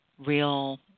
real